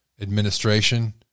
administration